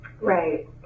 Right